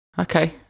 Okay